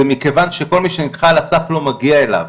זה מכיוון שכל מי שנדחה על הסף לא מגיע אליו.